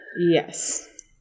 Yes